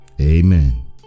Amen